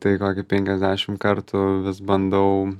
tai kokį penkiasdešim kartų vis bandau